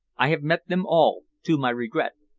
i have met them all to my regret.